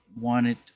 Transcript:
wanted